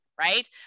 right